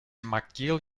mcgill